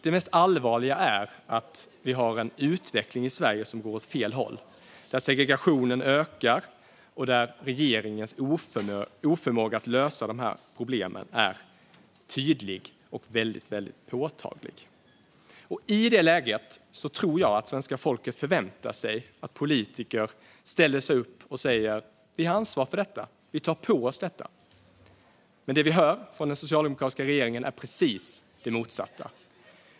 Det mest allvarliga är att vi har en utveckling i Sverige som går åt fel håll, där segregationen ökar och där regeringens oförmåga att lösa problemen är tydlig och väldigt påtaglig. I det läget tror jag att svenska folket förväntar sig att politiker ställer sig upp och säger: Vi har ansvar för detta. Vi tar på oss detta. Men det vi hör från den socialdemokratiska regeringen är precis det motsatta.